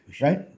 Right